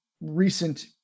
recent